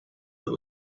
that